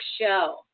show